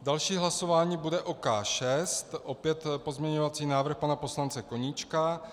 Další hlasování bude o K6, opět pozměňovací návrh pana poslance Koníčka.